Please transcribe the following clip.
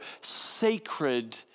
sacred